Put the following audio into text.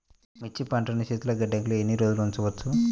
మిర్చి పంటను శీతల గిడ్డంగిలో ఎన్ని రోజులు ఉంచవచ్చు?